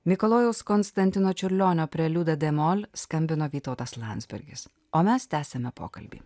mikalojaus konstantino čiurlionio preliudą demonui skambino vytautas landsbergis o mes tęsiame pokalbį